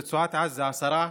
ברצועת עזה, עשרה,